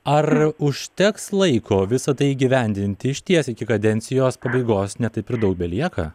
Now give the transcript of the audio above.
ar užteks laiko visa tai įgyvendinti išties iki kadencijos pabaigos ne taip ir daug belieka